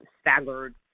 staggered